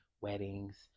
weddings